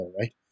right